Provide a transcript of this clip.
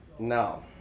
no